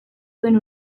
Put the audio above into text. duen